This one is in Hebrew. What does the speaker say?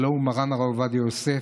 הלוא הוא מרן הרב עובדיה יוסף,